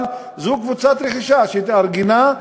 אבל זאת קבוצת רכישה שהתארגנה,